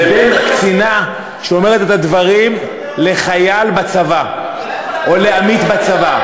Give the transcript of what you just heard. לבין קצינה שאומרת את הדברים לחייל בצבא או לעמית בצבא.